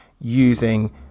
using